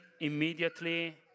immediately